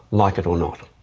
like it or not.